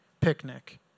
picnic